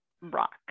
rock